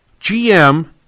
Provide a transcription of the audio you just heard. GM